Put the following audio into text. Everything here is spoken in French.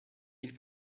ils